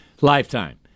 lifetime